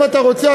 אם אתה רוצה,